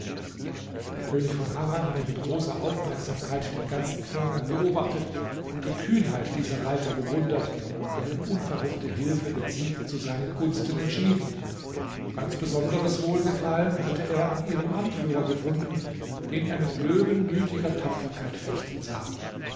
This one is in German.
der könig von harran hatte mit großer aufmerksamkeit den ganzen vorgang beobachtet und die kühnheit dieser reiter bewundert deren unverhoffte hilfe den sieg zu seinen gunsten entschieden ganz besonderes wohlgefallen hatte er an ihrem anführer gefunden den er mit löwenmütiger tapferkeit fechten sah